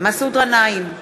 מסעוד גנאים,